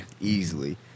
easily